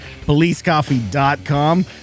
policecoffee.com